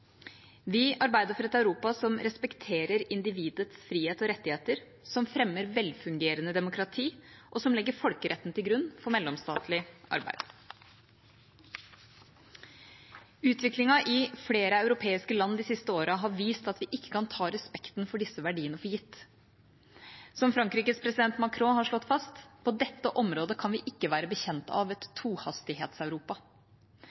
Vi arbeider for et Europa som respekterer individets frihet og rettigheter, som fremmer velfungerende demokrati, og som legger folkeretten til grunn for mellomstatlig samarbeid. Utviklingen i flere europeiske land de siste årene viser at vi ikke kan ta respekten for disse verdiene for gitt. Som Frankrikes president, Macron, har slått fast: På dette området kan vi ikke være bekjent av